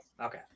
Okay